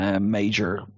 major